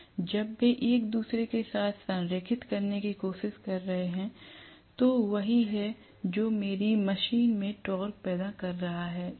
जब वे एक दूसरे के साथ संरेखित करने की कोशिश कर रहे हैं तो वही है जो मेरी मशीन में टॉर्क पैदा कर रहा है